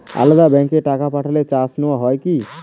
আলাদা ব্যাংকে টাকা পাঠালে চার্জ নেওয়া হয় কি?